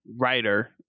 writer